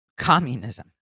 Communism